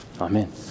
Amen